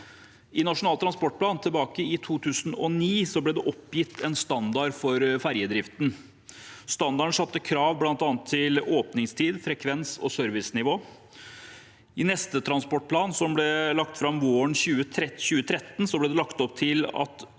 I Nasjonal transportplan fra 2009 ble det oppgitt en standard for ferjedriften. Standarden satte krav til bl.a. åpningstid, frekvens og servicenivå. I den neste transportplanen, som ble lagt fram våren 2013, la man opp til at